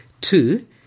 Two